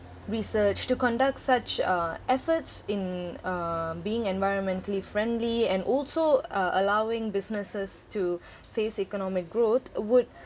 research to conduct such uh efforts in um being environmentally friendly and also uh allowing businesses to face economic growth would